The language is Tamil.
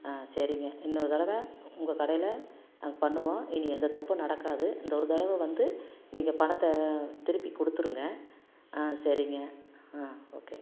ஆ சரிங்க இன்னோரு தடவை உங்கள் கடையில் நாங்கள் பண்ணுவோம் இனி எந்த தப்பும் நடக்காது இந்த ஒரு தடவை வந்து நீங்கள் பணத்தை திருப்பி கொடுத்துருங்க ஆ சரிங்க ஆ ஓகே